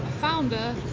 founder